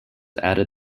added